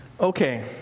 Okay